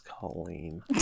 Colleen